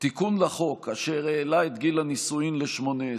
תיקון לחוק אשר העלה את גיל הנישואים ל-18.